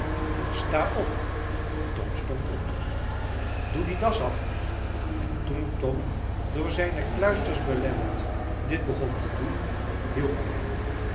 sta op tom stond op doe die das af en toen tom door zijne kluisters belemmerd dit begon te doen hielp hij hem